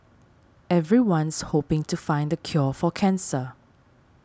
everyone's hoping to find the cure for cancer